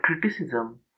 criticism